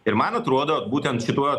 ir man atruodo būtent šituo